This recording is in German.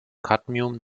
kadmium